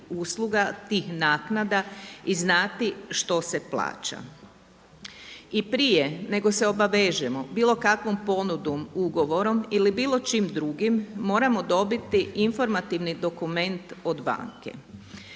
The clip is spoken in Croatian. tih naknada i znati što se plaća. I prije nego se obavežemo bilo kakvom ponudom, ugovorom ili bilo čim drugim moramo dobiti informativni dokument od banke.